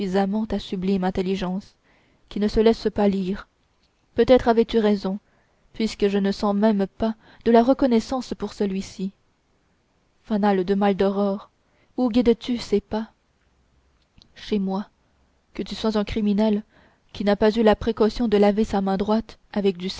suffisamment ta sublime intelligence qui ne se laisse pas lire peut-être avais-tu raison puisque je ne sens même pas de la reconnaissance pour celui-ci fanal de maldoror où guides tu ses pas chez moi que tu sois un criminel qui n'a pas eu la précaution de laver sa main droite avec du